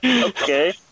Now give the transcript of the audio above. Okay